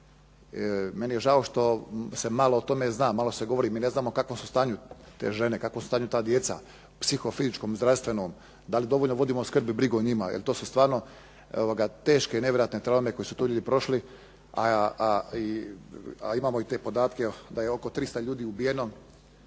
Meni je žao što se malo o tome zna, malo se govori. Mi ne znamo u kakvom su stanju te žene u kakvom su stanju ta djeca u psihofizičkom, zdravstvenom. Da li dovoljno vodimo skrb i brigu o njima, jer to su stvarno teške i nevjerojatne traume koje su ti ljudi prošli. A imamo i te podatke da je oko 300 ljudi ubijeno